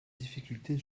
difficulté